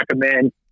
recommend